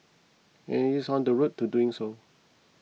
and it is on the road to doing so